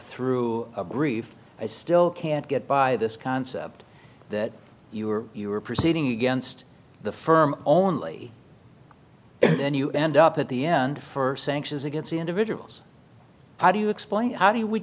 through grief i still can't get by this concept that you are you are proceeding against the firm only and then you end up at the end for sanctions against individuals how do you explain how do we